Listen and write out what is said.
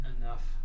enough